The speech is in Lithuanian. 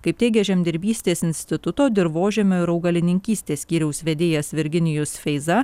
kaip teigė žemdirbystės instituto dirvožemio ir augalininkystės skyriaus vedėjas virginijus feiza